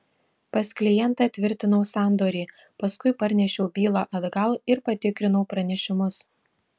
pas klientą tvirtinau sandorį paskui parnešiau bylą atgal ir patikrinau pranešimus